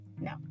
no